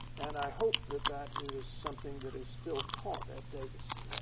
and i hope that that is something that is still taught at davidson.